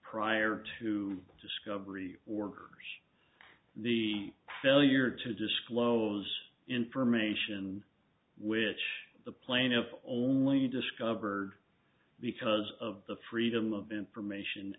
prior to discovery or the failure to disclose information which the plaintiff only discovered because of the freedom of information